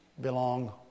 belong